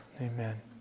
amen